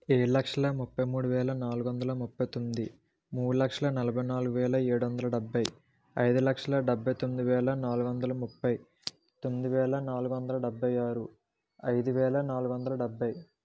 ఏడులక్షల ముప్పైమూడువేల నాలుగువందల ముప్పైతొమ్మిది మూడులక్షల నలభైనాలుగువేల ఏడువందల డెబ్భై ఐదులక్షల డెబ్భై తొమ్మిదివేల నాలుగువందల ముప్పై తొమ్మిదివేల నాలుగువందల డెబ్భై ఆరు ఐదువేల నాలుగువందల డెబ్భై